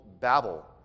Babel